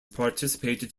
participated